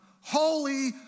Holy